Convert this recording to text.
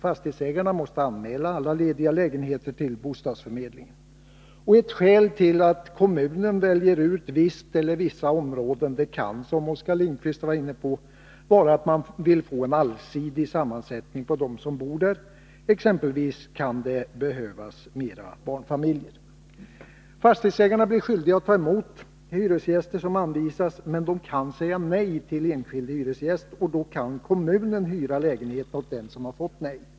Fastighetsägarna måste anmäla alla lediga lägenheter lagen Ett skäl till att kommunen väljer ut visst eller vissa områden kan, som Oskar Lindkvist var inne på, vara att man vill få en allsidig sammansättning på dem som bor där — exempelvis kan det behövas fler barnfamiljer. Fastighetsägarna blir skyldiga att ta emot hyresgäster som anvisas men de kan säga nej till enskild hyresgäst, och då kan kommunen hyra lägenhet åt den som har fått nej.